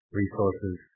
resources